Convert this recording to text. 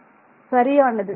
மாணவர் சரியானது